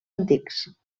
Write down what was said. antics